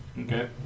Okay